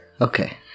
Okay